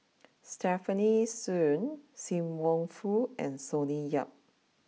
Stefanie Sun Sim Wong Hoo and Sonny Yap